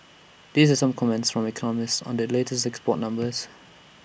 these are some comments from economists on the latest export numbers